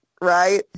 right